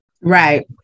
Right